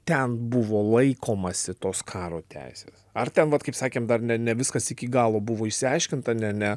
ten buvo laikomasi tos karo teisės ar ten vat kaip sakėm dar ne ne viskas iki galo buvo išsiaiškinta ne ne